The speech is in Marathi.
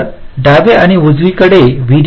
तर डावे व उजवीकडे व्ही